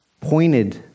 pointed